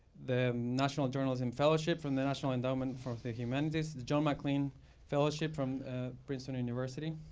the national journalism fellowship from the national endowment for the humanities, the john maclean fellowship from princeton university,